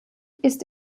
ist